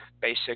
basic